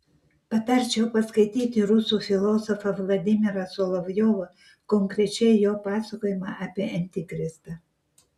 patarčiau paskaityti rusų filosofą vladimirą solovjovą konkrečiai jo pasakojimą apie antikristą